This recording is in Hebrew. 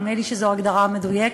נדמה לי שזאת ההגדרה המדויקת,